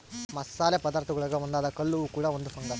ಮಸಾಲೆ ಪದಾರ್ಥಗುಳಾಗ ಒಂದಾದ ಕಲ್ಲುವ್ವ ಕೂಡ ಒಂದು ಫಂಗಸ್